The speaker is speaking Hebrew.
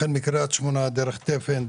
החל מקריית שמונה דרך תפן,